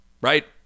Right